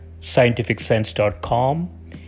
scientificsense.com